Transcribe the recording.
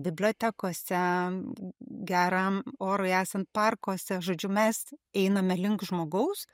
bibliotekose geram orui esant parkuose žodžiu mes einame link žmogaus